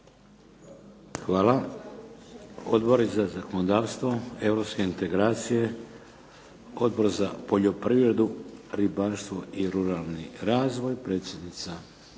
Hvala. Odbori za zakonodavstvo, Europske integracije? Odbor za poljoprivredu, ribarstvo i ruralni razvoj, predsjednica